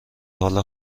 حال